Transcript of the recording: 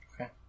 Okay